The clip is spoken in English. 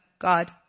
God